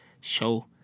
show